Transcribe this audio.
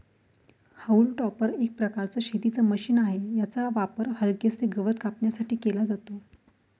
haulm टॉपर एक प्रकारचं शेतीच मशीन आहे, याचा वापर हलकेसे गवत कापण्यासाठी केला जातो